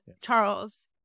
Charles